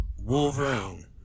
Wolverine